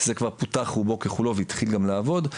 זה כבר פותח רובו ככולו והתחיל גם לעבוד.